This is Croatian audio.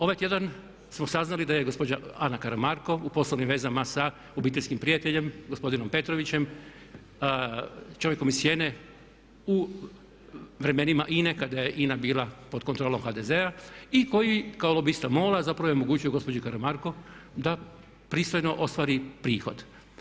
Ovaj tjedan smo saznali da je gospođa Ana Karamarko u poslovnim vezama sa obiteljskim prijateljem gospodinom Petrovićem, čovjekom iz sjene u vremenima INA-e kada je INA bila pod kontrolom HDZ-a i koji kao lobista MOL-a zapravo je omogućio gospođi Karamarko da pristojno ostvari prihod.